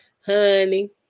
Honey